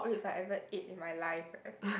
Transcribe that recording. ribs I ever ate in my life leh